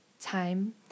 time